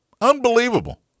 Unbelievable